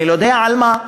אני לא יודע על מה,